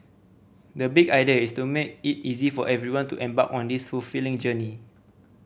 the big idea is to make it easy for everyone to embark on this fulfilling journey